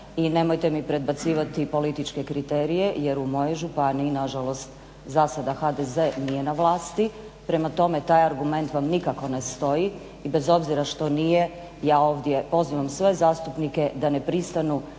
i nemojte mi predbacivati političke kriterije jer u mojoj županiji nažalost za sada HDZ nije na vlasti. Prema tome, taj argument vam nikako ne stoji i bez obzira što nije ja ovdje pozivam sve zastupnike da ne pristanu